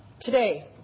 Today